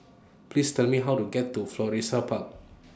Please Tell Me How to get to Florissa Park